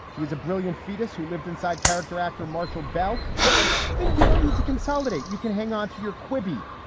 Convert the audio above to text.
he was a brilliant fetus who lived inside. character actor marshall bell. good thing you don't need to consolidate. you can hang on to your quippy.